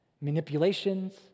manipulations